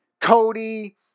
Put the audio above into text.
Cody